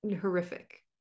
horrific